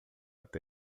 até